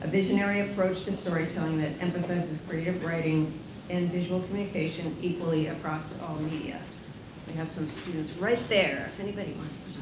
visionary approach to storytelling that emphasizes creative writing and visual communication equally across all media. we have some students right there if anybody wants